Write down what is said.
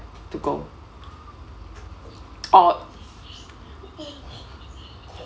to go or